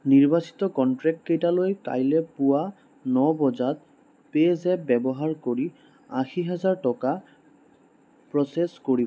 নিৰ্বাচিত কন্ট্ৰেক্টকেইটালৈ কাইলৈ পুৱা ন বজাত পে'জেপ ব্যৱহাৰ কৰি আশী হেজাৰ টকা প্ৰ'চেছ কৰিব